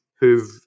who've